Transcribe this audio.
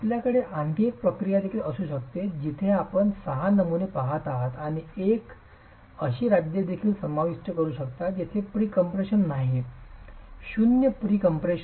आपल्याकडे आणखी एक प्रक्रिया देखील असू शकते जिथे आपण सहा नमुने पहात आहात आणि एक अशी राज्य देखील समाविष्ट करू शकता जेथे प्रीकम्प्रेशन नाही शून्य प्रीकम्पप्रेशन